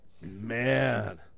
man